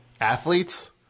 Athletes